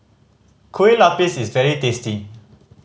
Kueh Lupis is very tasty